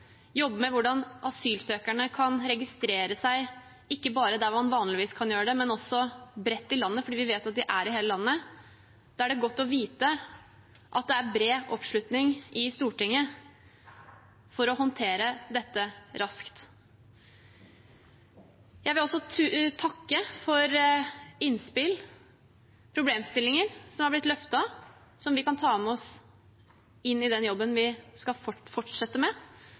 med hvordan asylsøkerne kan registrere seg – ikke bare der man vanligvis kan gjøre det, men også bredt i landet, fordi vi vet de er i hele landet – da er det godt å vite at det er bred oppslutning i Stortinget om å håndtere dette raskt. Jeg vil også takke for innspill og problemstillinger som har blitt løftet, og som vi kan ta med oss inn i den jobben vi skal fortsette med,